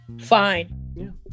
fine